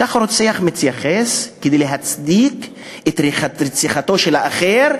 כך רוצח מתייחס כדי להצדיק את רציחתו של האחר,